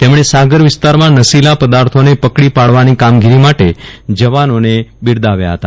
તેમણે સાગર વિસ્તાર માં નશીલા પ્રદાથો ને પકડી પાડવાની કામગીરી માટે જવાનોને બિરદાવ્યા હતા